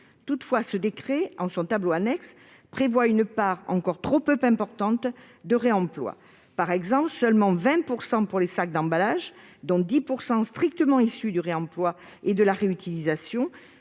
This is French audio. Toutefois, ce décret, en son tableau annexe, prévoit une part encore trop peu importante de réemploi. Ainsi, celle-ci s'élève à seulement 20 % pour les sacs d'emballage, dont 10 % sont strictement issus du réemploi et de la réutilisation,